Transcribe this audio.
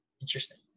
Interesting